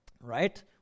right